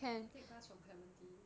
take bus from clementi